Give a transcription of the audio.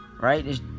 Right